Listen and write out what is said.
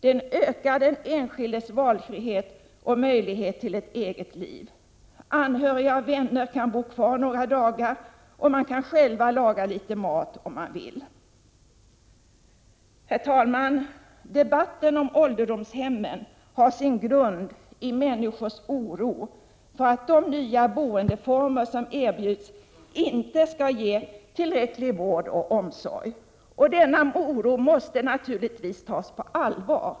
Den ökar den enskildes valfrihet och möjlighet till ett eget liv. Anhöriga och vänner kan bo kvar några dagar, och man kan själv laga litet mat om man vill. Herr talman! Debatten om ålderdomshemmen har sin grund i människors oro för att de nya boendeformer som erbjuds inte skall ge tillräcklig vård och omsorg. Denna oro måste naturligtvis tas på allvar.